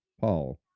Paul